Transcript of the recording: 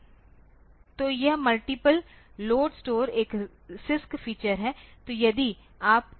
तो यह multiple load store एक CISC फीचर है